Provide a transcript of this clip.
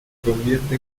convierte